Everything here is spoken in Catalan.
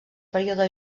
període